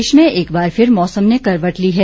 प्रदेश में एक बार फिर मौसम ने करवट ली है